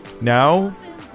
Now